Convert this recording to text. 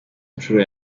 nshuro